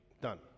done